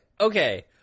Okay